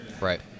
Right